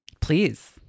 Please